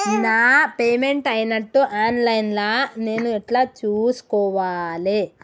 నా పేమెంట్ అయినట్టు online లా నేను ఎట్ల చూస్కోవాలే?